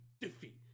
defeat